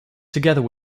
together